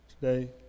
today